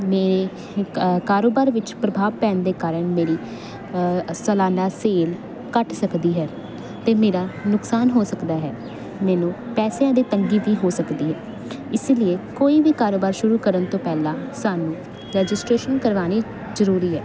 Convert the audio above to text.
ਮੇਰੇ ਕਾਰੋਬਾਰ ਵਿੱਚ ਪ੍ਰਭਾਵ ਪੈਣ ਦੇ ਕਾਰਨ ਮੇਰੀ ਸਲਾਨਾ ਸੇਲ ਘੱਟ ਸਕਦੀ ਹੈ ਤੇ ਮੇਰਾ ਨੁਕਸਾਨ ਹੋ ਸਕਦਾ ਹੈ ਮੈਨੂੰ ਪੈਸਿਆਂ ਦੀ ਤੰਗੀ ਵੀ ਹੋ ਸਕਦੀ ਹੈ ਇਸ ਲਈ ਕੋਈ ਵੀ ਕਾਰੋਬਾਰ ਸ਼ੁਰੂ ਕਰਨ ਤੋਂ ਪਹਿਲਾਂ ਸਾਨੂੰ ਰਜਿਸ਼ਟ੍ਰੇਸ਼ਨ ਕਰਾਣੀ ਜਰੂਰੀ ਹੈ